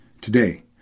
Today